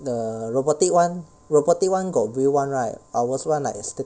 the robotic one robotic one got wheel [one] right ours one like sta~